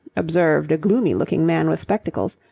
observed a gloomy-looking man with spectacles,